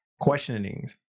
questionings